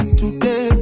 today